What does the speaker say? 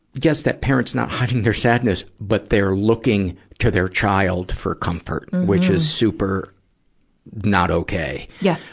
guess that parents not hiding their sadness, but their looking to their child for comfort, and which is super not okay. yeah.